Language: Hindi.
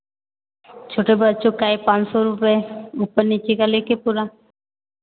छोटे बच्चों का यह पाँच सौ रुपये ऊपर नीचे का ले कर पूरा